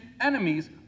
enemies